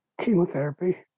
chemotherapy